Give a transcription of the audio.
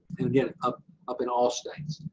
and again up up in all states.